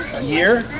a year?